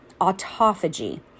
autophagy